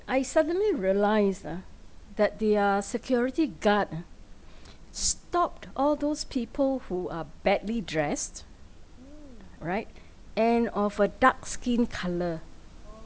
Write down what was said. I suddenly realised ah that their security guard ah stopped all those people who are badly dressed right and of a dark skin colour